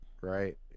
Right